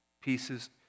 pieces